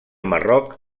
marroc